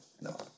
No